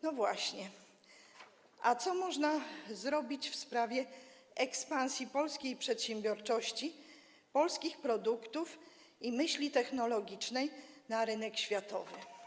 No właśnie, a co można zrobić w sprawie ekspansji polskiej przedsiębiorczości, polskich produktów i myśli technologicznej na rynek światowy?